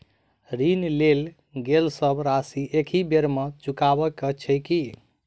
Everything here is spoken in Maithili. ऋण लेल गेल सब राशि एकहि बेर मे चुकाबऽ केँ छै की?